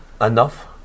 enough